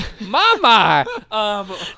Mama